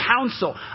counsel